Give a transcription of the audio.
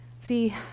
See